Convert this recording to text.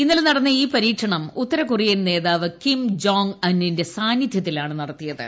ഇന്നലെ നടന്ന ഈ പരീക്ഷണം ഉത്തരകൊറിയൻ നേതാവ് കിം ജോങ് അൻ ന്റെ സാന്നിദ്ധൃത്തിലാണ് നടത്തിയത്